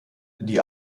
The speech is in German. die